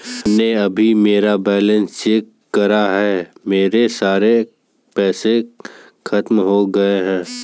मैंने अभी मेरा बैलन्स चेक करा है, मेरे सारे पैसे खत्म हो गए हैं